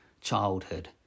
childhood